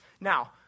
Now